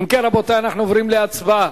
אם כן, רבותי, אנחנו עוברים להצבעה.